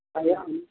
ଆଜ୍ଞା